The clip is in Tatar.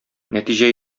нәтиҗә